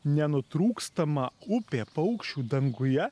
nenutrūkstama upė paukščių danguje